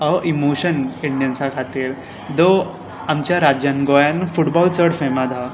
हो इमोशन इंडियन्सां खातीर दो आमच्या राज्यान गोंयान फुटबॉल चड फेमस आसा